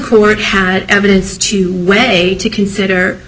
court had evidence to weigh to consider